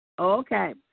Okay